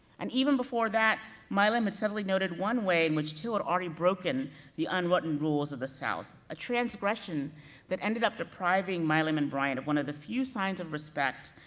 and even before that, milam had ah suddenly noted one way in which till had already broken the unwritten rules of the south. a transgression that ended up depriving milam and bryant of one of the few signs of respect,